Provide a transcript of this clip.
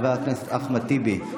חבר הכנסת אחמד טיבי,